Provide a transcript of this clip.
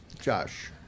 Josh